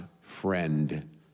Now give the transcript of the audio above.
friend